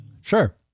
Sure